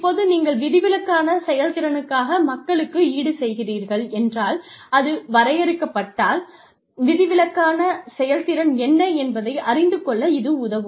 இப்போது நீங்கள் விதிவிலக்கான செயல்திறனுக்கான மக்களுக்கு ஈடு செய்கிறீர்கள் என்றால் அது வரையறுக்கப்பட்டால் விதிவிலக்கான செயல்திறன் என்ன என்பதை அறிந்து கொள்ள இது உதவும்